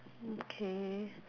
mm K